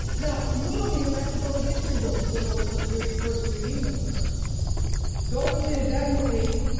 now we don't even have to go to history books to know what the three first three kingdoms are go with me to daniel eight.